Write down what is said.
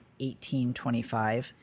1825